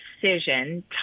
precision